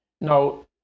Now